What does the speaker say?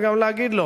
וגם להגיד לו